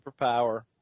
superpower